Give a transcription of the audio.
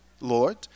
Lord